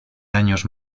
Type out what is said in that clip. años